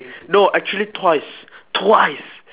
no actually twice twice